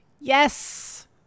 Yes